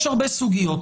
יש הרבה סוגיות.